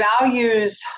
values